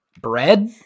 Bread